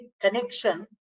connection